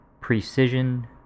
precision